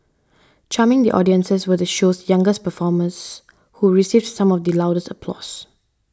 charming the audiences were the show's youngest performers who received some of the loudest applause